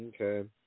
Okay